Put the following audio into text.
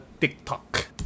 TikTok